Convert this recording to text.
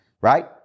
right